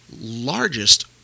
largest